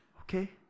okay